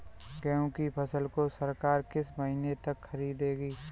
गेहूँ की फसल को सरकार किस महीने तक खरीदेगी?